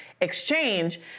exchange